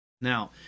Now